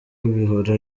bihora